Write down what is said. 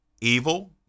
Evil